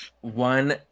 One